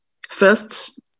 First